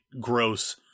gross